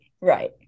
right